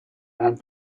and